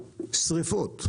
שריפות.